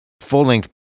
full-length